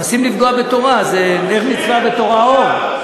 מנסים לפגוע בתורה, זה נר מצווה ותורה אור.